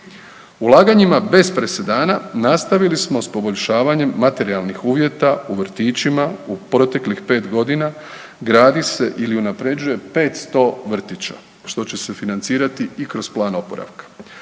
Ulaganjima bez presedana nastavili smo s poboljšavanjem materijalnih uvjeta u vrtićima, u proteklih 5.g. gradi se ili unaprjeđuje 500 vrtića, što će se financirati i kroz plan oporavka.